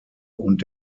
und